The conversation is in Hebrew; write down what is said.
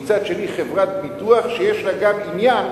ומצד שני חברת ביטוח שיש לה גם עניין